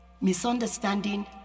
misunderstanding